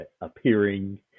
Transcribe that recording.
appearing